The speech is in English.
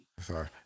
Sorry